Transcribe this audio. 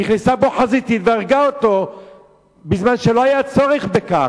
נכנסה בו חזיתית והרגה אותו בזמן שלא היה צורך בכך.